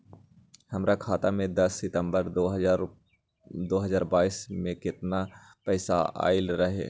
हमरा खाता में दस सितंबर दो हजार बाईस के दिन केतना पैसा अयलक रहे?